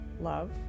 Love